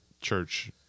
church